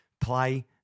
play